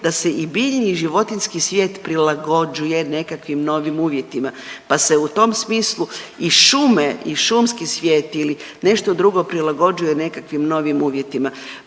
da se i biljni i životinjski svijet prilagođuje nekakvim novim uvjetima, pa se u tom smislu i šume i šumski svijet ili nešto drugo prilagođuje nekakvim novim uvjetima.